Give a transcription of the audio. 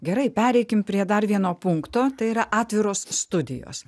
gerai pereikim prie dar vieno punkto tai yra atviros studijos